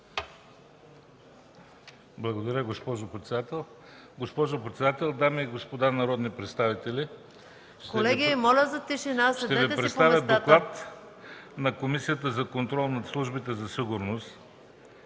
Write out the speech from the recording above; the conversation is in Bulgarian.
Благодаря. Госпожо председател, дами и господа народни представители! Ще Ви представя доклад на Комисията за контрол над службите за сигурност,